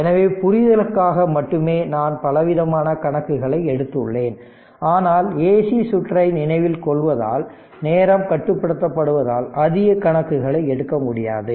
எனவே புரிதலுக்காக மட்டுமே நான் பலவிதமான கணக்குகளை எடுத்துள்ளேன் ஆனால் ஏசி சுற்றை நினைவில் கொள்வதால் நேரம் கட்டுப்படுத்தப்படுவதால் அதிக கணக்குகளை எடுக்க முடியாது